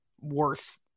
worth